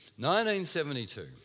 1972